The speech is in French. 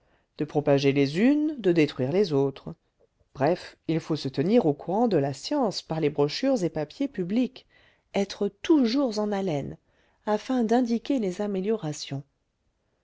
de propager les unes de détruire les autres bref il faut se tenir au courant de la science par les brochures et papiers publics être toujours en haleine afin d'indiquer les améliorations